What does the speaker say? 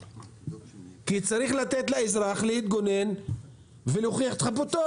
כי צריך לתת לאזרח להתגונן ולהוכיח את חפותו.